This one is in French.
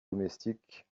domestiques